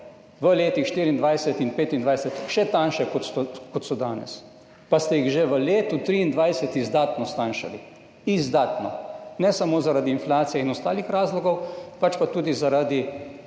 v letih 2024 in 2025 še tanjše, kot so danes. Pa ste jih že v letu 2023 izdatno stanjšali. Izdatno. Ne samo zaradi inflacije in ostalih razlogov, pač pa tudi zaradi